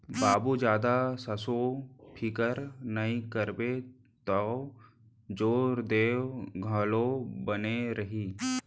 बाबू जादा संसो फिकर नइ करबे तौ जोर देंव घलौ बने रही